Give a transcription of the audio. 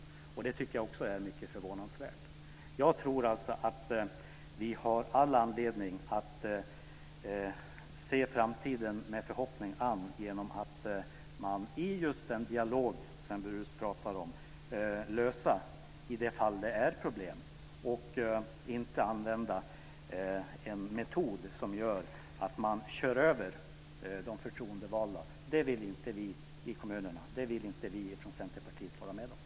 Jag tycker att det är mycket förvånansvärt. Jag tror att vi har all anledning att förhoppningsfullt se framtiden an genom att man i den dialog som Sven Brus talar om kan lösa problemen, i de fall där sådana finns. Men det ska inte ske med en metod som innebär att man kör över de förtroendevalda i kommunerna. Det vill vi från Centerpartiet inte vara med om.